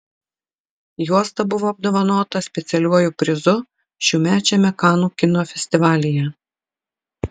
juosta buvo apdovanota specialiuoju prizu šiųmečiame kanų kino festivalyje